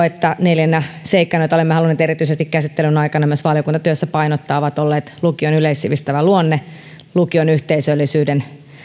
että neljänä seikkana joita olemme halunneet erityisesti käsittelyn aikana myös valiokuntatyössä painottaa ovat olleet lukion yleissivistävä luonne lukion yhteisöllisyyden